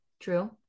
True